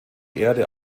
erde